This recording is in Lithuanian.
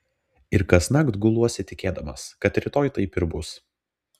ir kasnakt guluosi tikėdamas kad rytoj taip ir bus